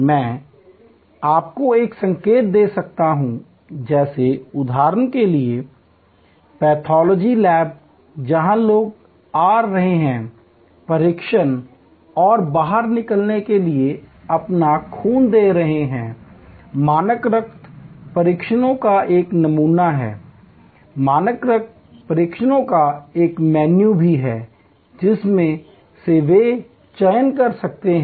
मैं आपको एक संकेत दे सकता हूं जैसे उदाहरण के लिए पैथोलॉजी लैब जहां लोग आ रहे हैं परीक्षण और बाहर निकलने के लिए अपना खून दे रहे हैं मानक रक्त परीक्षणों का एक मेनू है जिसमें से वे चयन कर सकते हैं